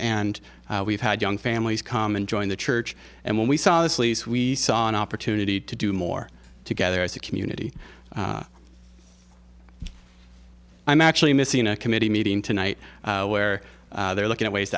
and we've had young families come and join the church and when we saw this lease we saw an opportunity to do more together as a community i'm actually missing a committee meeting tonight where they're looking at ways